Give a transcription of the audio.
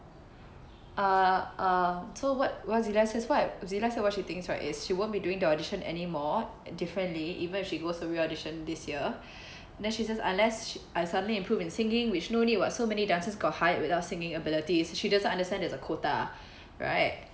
uh uh so what what celia says what celia says what she thinks is right is she won't be doing the audition anymore differently even if she goes to reaudition this year and then she says unless I suddenly improve in singing which no need [what] so many dancers got hired without singing ability so she doesn't understand there's a quota right